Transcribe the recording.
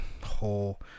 Whole